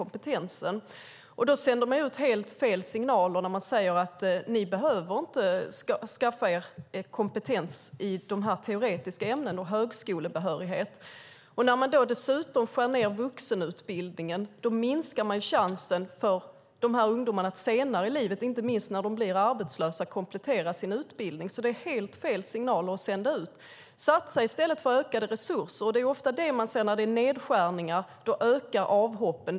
Man sänder ut helt fel signaler när man säger att elever inte behöver skaffa sig kompetens och högskolebehörighet i teoretiska ämnen. När man dessutom skär ned vuxenutbildningen minskar man chansen för ungdomarna att senare i livet, inte minst om de blir arbetslösa, komplettera sin utbildning. Det är helt fel signaler. Satsa i stället på ökade resurser! När det är nedskärningar ökar ofta avhoppen.